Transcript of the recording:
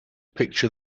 picture